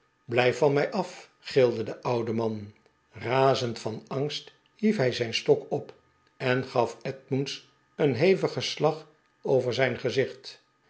blijf van mij af i gilde de oude man razend van angst hief hij zijn stok op en gaf edmunds een hevigen slag over zijn gezicht